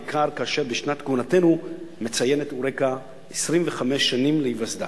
בעיקר כאשר בשנת כהונתנו מציינת "יוריקה" 25 שנים להיווסדה.